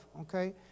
okay